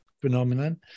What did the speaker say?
phenomenon